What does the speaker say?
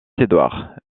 edouard